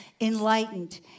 enlightened